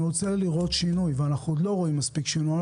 אני רוצה לראות שינוי ואנחנו עוד לא רואים מספיק שינוי.